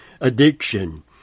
Addiction